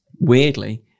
Weirdly